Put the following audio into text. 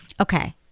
Okay